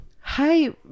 hi